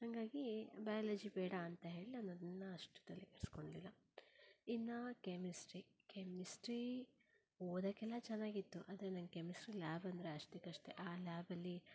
ಹಾಗಾಗಿ ಬಯಾಲಜಿ ಬೇಡ ಅಂತ ಹೇಳಿ ನಾನದನ್ನು ಅಷ್ಟು ತಲೆಕೆಡ್ಸ್ಕೊಳ್ಲಿಲ್ಲ ಇನ್ನು ಕೆಮಿಸ್ಟ್ರಿ ಕೆಮಿಸ್ಟ್ರಿ ಓದಕ್ಕೆಲ್ಲ ಚೆನ್ನಾಗಿತ್ತು ಆದರೆ ನನಗೆ ಕೆಮಿಸ್ಟ್ರಿ ಲ್ಯಾಬ್ ಅಂದರೆ ಅಷ್ಟಕ್ಕಷ್ಟೆ ಆ ಲ್ಯಾಬಲ್ಲಿ